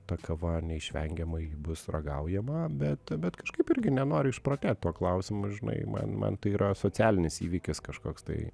ta kava neišvengiamai bus ragaujama bet bet kažkaip irgi nenoriu išprotėt tuo klausimu žinai man man tai yra socialinis įvykis kažkoks tai